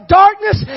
darkness